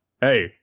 hey